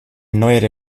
neuere